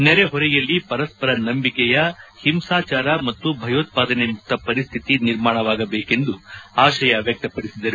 ನೆರೆಹೊರೆಯಲ್ಲಿ ಪರಸ್ತರ ನಂಬಿಕೆಯ ಹಿಂಸಾಚಾರ ಮತ್ತು ಭಯೋತ್ತಾದನೆಮುಕ್ತ ಪರಿಸ್ತಿತಿ ನಿರ್ಮಾಣವಾಗಬೇಕೆಂದು ಆಶಯ ವ್ಯಕ್ತಪಡಿಸಿದರು